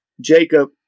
Jacob